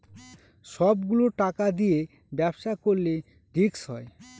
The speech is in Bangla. সব গুলো টাকা দিয়ে ব্যবসা করলে রিস্ক হয়